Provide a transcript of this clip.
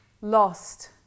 lost